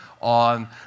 on